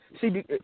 See